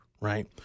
right